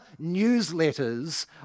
newsletters